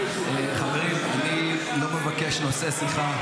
חברים, אני לא מבקש נושא שיחה.